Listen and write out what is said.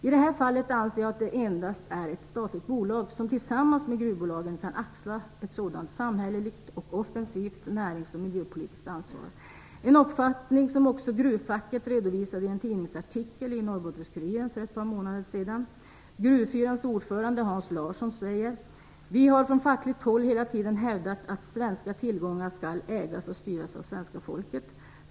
I det här fallet anser jag att det endast är ett statligt bolag som tillsammans med gruvbolagen kan axla ett sådant samhälleligt och offensivt närings och miljöpolitiskt ansvar. Detta är en uppfattning som också gruvfacket redovisade i en tidningsartikel i Norrbottenskuriren för ett par månader sedan. Gruvfyrans ordförande Hans Larsson säger: "Vi har från fackligt håll hela tiden hävdat att svenska tillgångar ska ägas och styras av svenska folket.